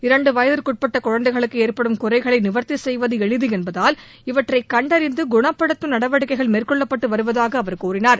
இரண்டு வயதுக்குட்பட்ட குழந்தைகளுக்கு ஏற்படும் குறைகளை நிவர்த்தி செய்வது எளிது என்பதால் இவற்றைக் கண்டறிந்து குணப்படுத்தும் நடவடிக்கைகள் மேற்கொள்ளப்பட்டு வருவதாக அவர் கூறினார்